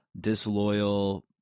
disloyal